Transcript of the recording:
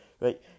right